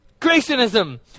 Creationism